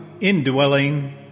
indwelling